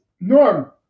Norm